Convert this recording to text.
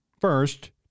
first